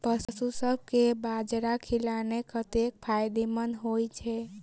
पशुसभ केँ बाजरा खिलानै कतेक फायदेमंद होइ छै?